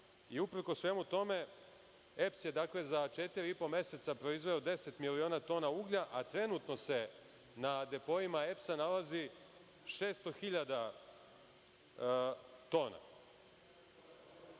i uprkos svemu tome EPS je za četiri i po meseca proizveo 10 miliona tona uglja, a trenutno se na depoima EPS-a nalazi 600 hiljada tona.U